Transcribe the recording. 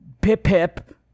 Pip-pip